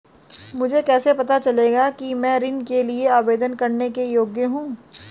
मुझे कैसे पता चलेगा कि मैं ऋण के लिए आवेदन करने के योग्य हूँ?